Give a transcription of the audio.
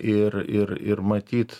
ir ir ir matyt